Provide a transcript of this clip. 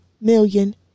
million